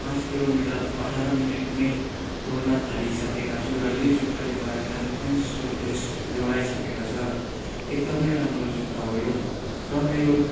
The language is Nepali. पाँच किलोमिटर अठार मिनटमै दौड्न थालिसकेका छु र यही जुत्ताले मलाई म्याराथन जस्तो रेस दौडाइसकेका छ एकदमै राम्रो जुत्ता हो यो र मेरो